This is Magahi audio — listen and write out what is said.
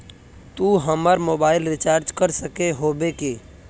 तू हमर मोबाईल रिचार्ज कर सके होबे की?